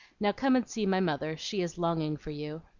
now come and see my mother she is longing for you.